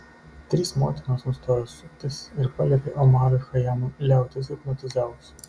trys motinos nustojo suptis ir paliepė omarui chajamui liautis hipnotizavus